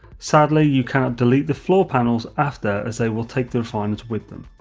sadly, you cannot delete the floor panels after as they will take the refiners with them.